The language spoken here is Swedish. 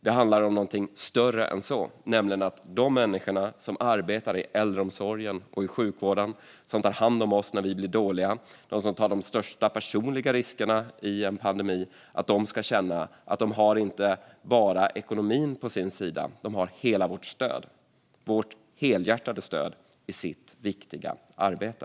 Det handlar om något större än så, nämligen om att de människor som arbetar i äldreomsorgen och i sjukvården, som tar hand om oss när vi blir dåliga, de som tar de största personliga riskerna i en pandemi, ska känna att de har inte bara ekonomin på sin sida utan att de också har vårt helhjärtade stöd i deras viktiga arbete.